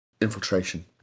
infiltration